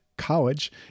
college